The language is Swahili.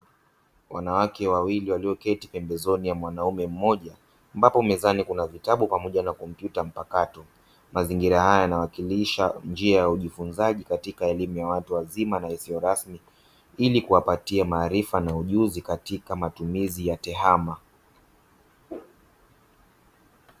Wanawake wawili walioketi pembezoni ya mwanaume mmoja ambapo mezani kuna vitabu pamoja na kompyuta mpakato. Mazingira haya yanawakilisha njia ya ujifunzaji katika elimu ya watu wazima na isiyo rasmi ili kuwapatia maarifa katika matumizi ya tehama.